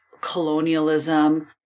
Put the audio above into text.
colonialism